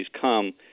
come